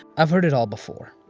i've heard it all before.